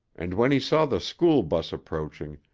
and when he saw the school bus approaching,